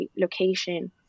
location